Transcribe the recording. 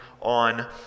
on